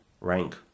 rank